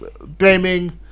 blaming